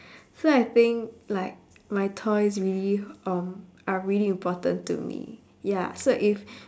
so I think like my toys really um are really important to me ya so if